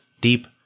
deep